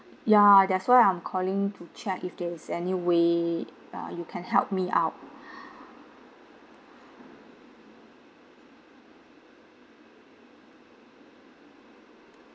ya that's why I'm calling to check if there is any way ah you can help me out